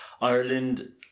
Ireland